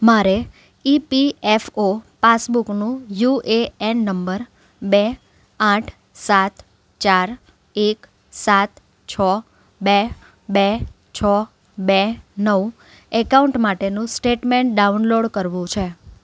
મારે ઈપીએફઓ પાસબુકનું UAN number બે આઠ સાત ચાર એક સાત છો બે બે છો બે નવ એકાઉન્ટ માટેનું સ્ટેટમેન્ટ ડાઉનલોડ કરવું છે